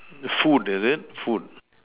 food is it food